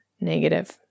negative